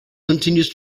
continues